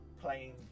playing